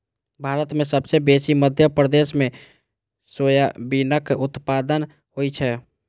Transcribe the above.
भारत मे सबसँ बेसी मध्य प्रदेश मे सोयाबीनक उत्पादन होइ छै